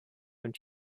und